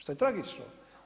Što je tragično.